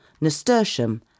nasturtium